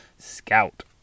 Scout